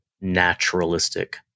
naturalistic